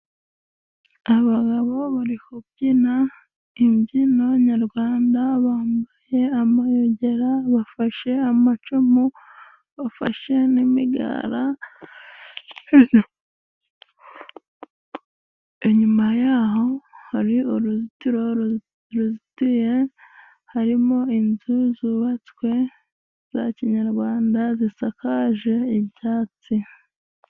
Abagabo bari kubyina imbyino nyarwanda, bambaye amayogera, bafashe amacumu, bafashe n'imigara, inyuma yaho hari uruzitiro ruzitiye harimo inzu zubatswe za kinyarwanda zisakaje ibyatsi.